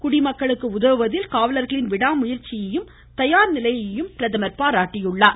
குடிமக்களுக்கு உதவுவதில் காவலர்களின் விடாமுயற்சியையும் தயார்நிலையையும் அவர் பாராட்டினார்